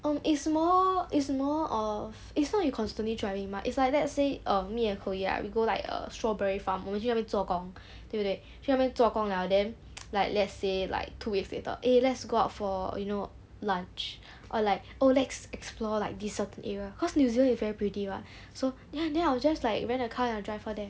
um is more is more of it's not you constantly driving mah it's like let's say um me and chloe ah we go like a strawberry farm 我们过去那边做工对不对去那边做工了 then like let's say like two weeks later eh let's go out for you know lunch or like oh let's explore like this certain area cause new zealand is very pretty [what] so ya then I will just like rent a car and drive her there